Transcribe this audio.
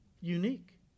unique